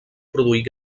produir